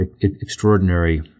extraordinary